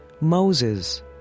Moses